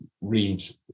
read